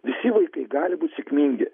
visi vaikai gali būt sėkmingi